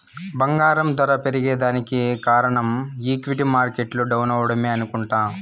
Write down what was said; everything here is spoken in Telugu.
బంగారం దర పెరగేదానికి కారనం ఈక్విటీ మార్కెట్లు డౌనవ్వడమే అనుకుంట